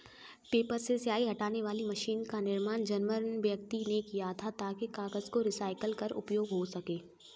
paper से स्याही हटाने वाली मशीन का निर्माण जर्मन व्यक्ति ने किया था ताकि कागज को रिसाईकल कर उपयोग हो सकें